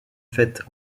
fêtes